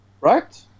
right